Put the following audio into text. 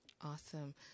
Awesome